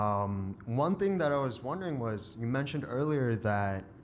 um one thing that i was wondering was, you mentioned earlier that